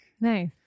Nice